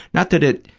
not that it